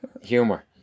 humor